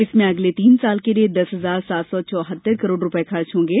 इसमें अगले तीन साल के लिए दस हजार सात सौ चौहत्तर करोड़ रुपए खर्च होंगे